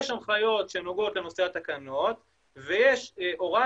יש הנחיות שנוגעות לנושא התקנות ויש הוראה